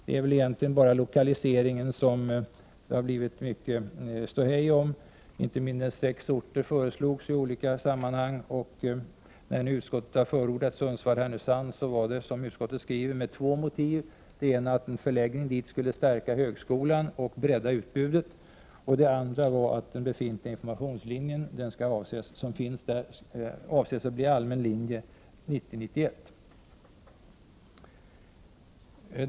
Det är egentligen bara frågan om lokaliseringen som det har blivit mycket ståhej kring. Inte mindre än sex orter har föreslagits i olika sammanhang. Utskottet har nu förordat Sundsvall-Härnösand. Det finns det två motiv till. Det ena är att en förläggning dit skulle stärka högskolan och bredda utbudet, och det andra är att den befintliga informationslinjen som finns där avses bli allmän linje 1990/91.